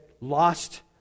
lost